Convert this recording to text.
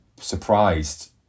surprised